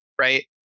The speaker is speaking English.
Right